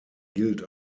gilt